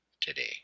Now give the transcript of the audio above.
today